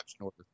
order